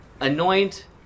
anoint